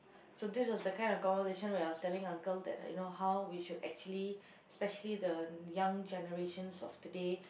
so this was the kind of the conversation where I was telling uncle that you know how we should actually especially the young generations of today